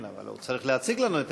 אבל הוא צריך להציג לנו את